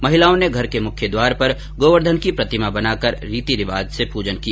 महिलाओं ने घर के मुख्य द्वार पर गोवर्धन की प्रतिमा बनाकर रीति रिवाज से पूजन किया